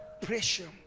Pressure